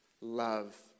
love